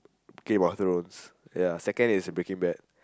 game of thrones second is the Breaking Bad